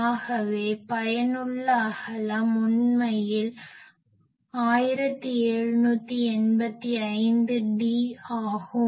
ஆகவே பயனுள்ள அகலம் உண்மையில் 1785d ஆகும்